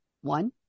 one